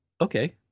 okay